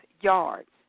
yards